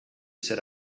set